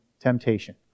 temptation